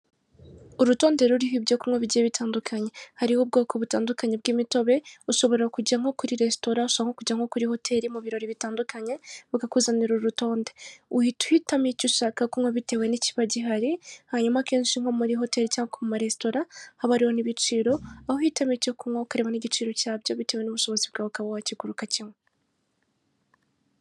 Urutonde ruriho ibyo kunywa bigiye bitandukanye, hariho ubwoko butandukanye bw'imitobe, ushobora kujya nko kuri resitora, ushobora nko kujya nko kuri hoteri, mu birori bitandukanye, bakakuzanira uru rutonde, uhita uhitamo icyo ushaka kunywa bitewe n'ikiba gihari, hanyuma akenshi nko muri hoteri cyangwa ku ma resitora haba hariho n'ibiciro, aho uhitamo icyo kunywa ukareba n'ibiciro cyabyo bitewe n'ubushobozi bwawe ukaba wakigura ukakinywa.